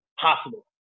possible